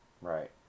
Right